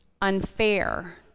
unfair